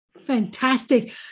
Fantastic